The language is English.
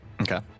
Okay